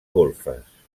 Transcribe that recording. golfes